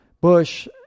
Bush